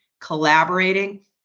collaborating